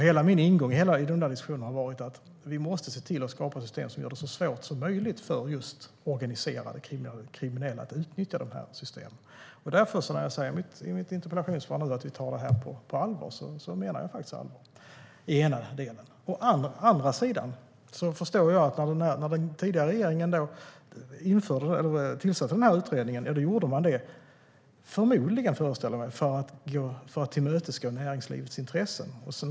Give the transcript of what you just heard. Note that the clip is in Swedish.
Hela min ingång i diskussionen har varit att vi måste se till att skapa system som gör det så svårt som möjligt för organiserade kriminella att utnyttja systemen. När jag därför säger i mitt interpellationssvar att vi tar detta på allvar menar jag allvar. Det är den ena delen. Å andra sidan förstår jag att när den tidigare regeringen tillsatte utredningen gjorde man det förmodligen för att tillmötesgå näringslivets intressen, föreställer jag mig.